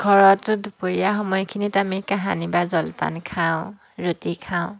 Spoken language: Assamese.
ঘৰতো দুপৰীয়া সময়খিনিত আমি কাহানিবা জলপান খাওঁ ৰুটি খাওঁ